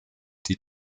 die